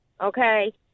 Okay